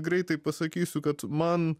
greitai pasakysiu kad man